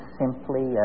simply